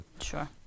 Sure